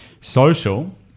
Social